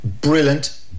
brilliant